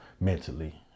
mentally